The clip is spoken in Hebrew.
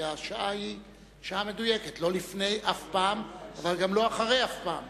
ביטול התניית מענק לידה באשפוז במוסד